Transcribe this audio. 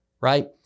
right